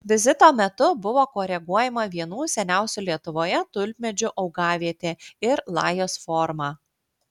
vizito metu buvo koreguojama vienų seniausių lietuvoje tulpmedžių augavietė ir lajos forma